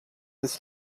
this